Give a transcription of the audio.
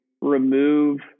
remove